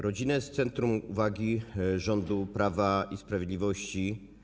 Rodzina jest w centrum uwagi rządu Prawa i Sprawiedliwości.